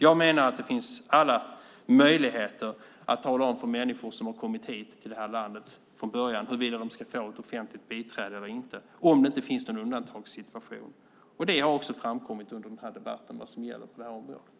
Jag menar att det finns alla möjligheter att från början tala om för människor som har kommit till det här landet huruvida de ska få ett offentligt biträde eller inte, om det inte finns någon undantagssituation. Det har också framkommit under debatten vad som gäller på området.